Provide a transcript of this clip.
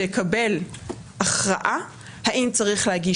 שיקבל הכרעה האם צריך להגיש או לא להגיש.